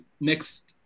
mixed